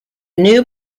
new